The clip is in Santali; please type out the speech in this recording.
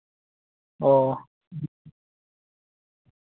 ᱚᱸᱻ